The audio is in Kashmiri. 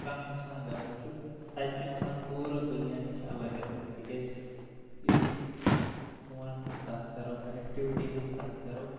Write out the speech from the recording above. کانٛہہ انسان گژھان چھُ تتہِ چھُ انسان پوٗرٕ دُنیا نِش الگ گژھان تِکیازِ یِتُھے أسۍ فونن ہٕنٛز کتھ کرو کنیٚکٹوٹی ہٕنٛز کتھ کرو